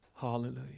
Hallelujah